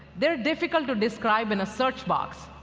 they're difficult to describe in a search box.